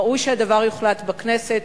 ראוי שהדבר יוחלט בכנסת,